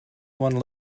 one